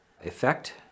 effect